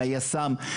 מהיס"מ,